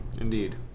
Indeed